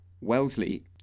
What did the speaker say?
Wellesley